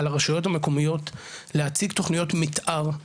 על הרשויות המקומיות להציג תוכניות מתאר,